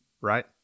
right